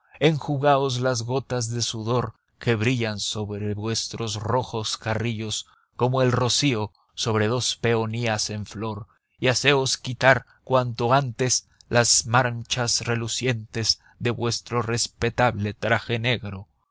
pelado enjugaos las gotas de sudor que brillan sobre vuestros rojos carrillos como el rocío sobre dos peonías en flor y haceos quitar cuanto antes las manchas relucientes de vuestro respetable traje negro